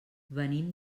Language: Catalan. venim